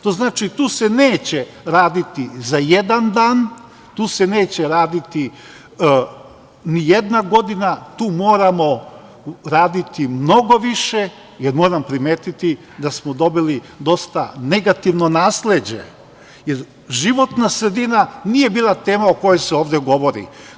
Tu se neće raditi za jedan dan, tu se neće raditi ni jedna godina, tu moramo raditi mnogo više, jer moram primetiti da smo dobili dosta negativno nasleđe, jer životna sredina nije bila tema o kojoj se ovde govori.